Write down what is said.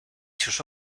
sus